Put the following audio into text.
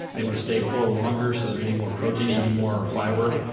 they want to stay fuller longer so they're eating more protein eating more fiber.